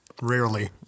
Rarely